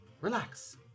Relax